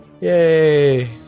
Yay